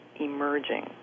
emerging